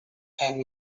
and